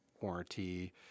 warranty